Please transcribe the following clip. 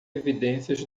evidências